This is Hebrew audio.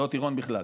לא טירון בכלל,